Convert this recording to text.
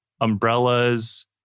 Umbrellas